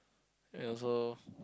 and also